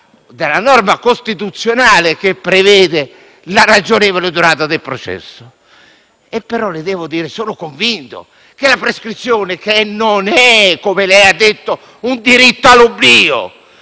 della norma costituzionale che prevede la ragionevole durata del processo e le devo dire che sono convinto che la prescrizione non sia, come lei ha detto, un diritto all'oblio: